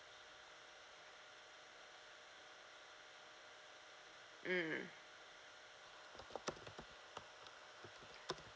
mm